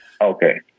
Okay